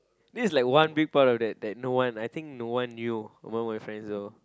this is like one big part of that that no one I think no one knew among my friends though